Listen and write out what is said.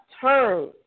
turn